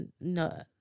no